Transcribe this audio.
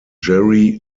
jerry